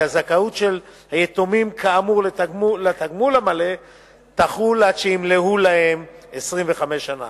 כי הזכאות של היתומים כאמור לתגמול המלא תחול עד שימלאו להם 25 שנה.